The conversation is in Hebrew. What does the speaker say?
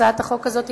הצעת החוק הזאת,